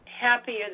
happier